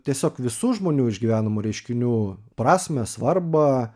tiesiog visų žmonių išgyvenamų reiškinių prasmę svarbą